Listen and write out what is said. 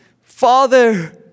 Father